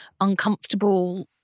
uncomfortable